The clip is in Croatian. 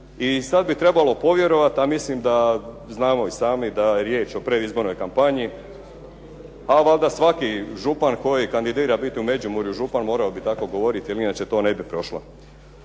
I sad bih trebalo povjerovati, a mislim da znamo i sami da je riječ o predizbornoj kampanja, a valjda svaki župan koji kandidira biti u Međimurju župan morao bi tako govoriti, jer inače to ne bi prošla.